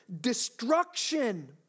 destruction